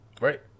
Right